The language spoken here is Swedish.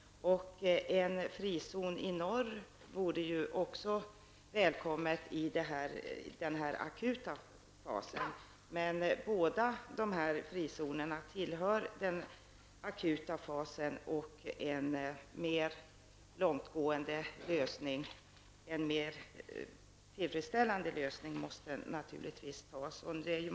En frizon i norr vore också välkommen i den akuta fasen. Båda dessa frizoner tillhör emellertid den akuta fasen, och en mer långtgående och tillfredsställande lösning måste naturligtvis komma till stånd.